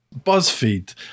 buzzfeed